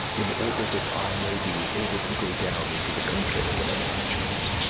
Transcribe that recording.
in order that i may be able to go down into the country whenever i choose.